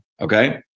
okay